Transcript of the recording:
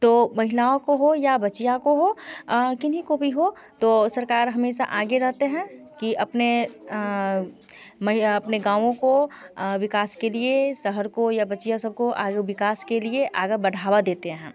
तो महिलाओं को हो या बच्चियों को हो किन्हीं को हो भी हो तो सरकार हमेशा आगे रहती है कि अपने मइ या अपने गाँवों को विकास के लिए शहर को या बच्चियाँ सब को आगे विकास के लिए आगे बढ़ावा देते हैं